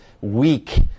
weak